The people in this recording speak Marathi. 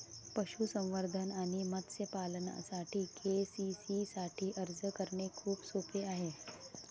पशुसंवर्धन आणि मत्स्य पालनासाठी के.सी.सी साठी अर्ज करणे खूप सोपे आहे